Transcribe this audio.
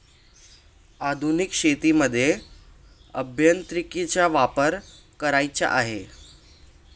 आधुनिक शेतीमध्ये अभियांत्रिकीचा वापर करायचा आहे